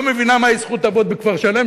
לא מבינה מהי זכות אבות בכפר-שלם,